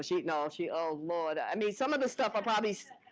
she acknowledged, she, oh lord. i mean, some of the stuff i probably. so